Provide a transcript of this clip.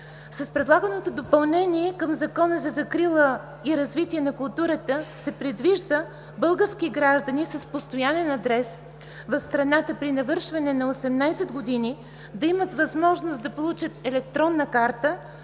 С предлаганото допълнение към Закона за закрила и развитие на културата се предвижда български граждани с постоянен адрес в страната при навършване на 18 години да имат възможност да получат електронна карта